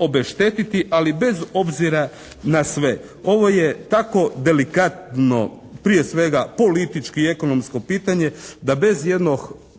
obeštetiti ali bez obzira na sve. Ovo je tako delikatno, prije svega politički ekonomsko pitanje da bez jednog